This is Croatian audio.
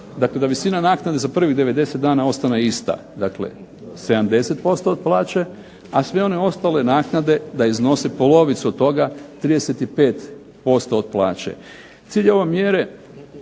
da visine naknade umjesto za prvih 90 dana ostane ista, dakle 70% od plaće, a sve one ostale naknade iznose polovicu od toga 35% od plaće. Cilj ove mjere